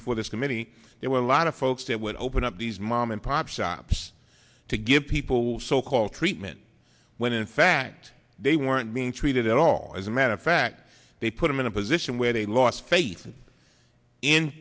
committee there were a lot of folks that would open up these mom and pop shops to give people so called treatment when in fact they weren't being treated at all as a matter of fact they put them in a position where they lost faith in